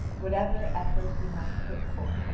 whatever effort he might put forth.